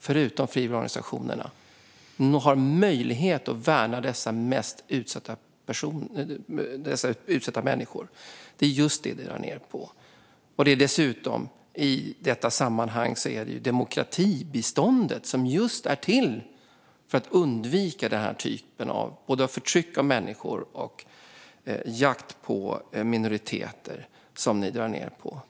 Förutom frivilligorganisationerna är FN de enda som har möjlighet att värna de utsatta människorna i dessa konflikter. Det är just detta ni drar ned på, Hans Eklind. Dessutom drar ni ned på demokratibiståndet, som är till just för att undvika den här typen av förtryck av människor och jakt på minoriteter. Det är det ni drar ned på.